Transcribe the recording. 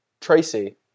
Tracy